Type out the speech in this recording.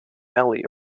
ely